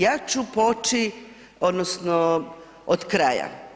Ja ću poći odnosno od kraja.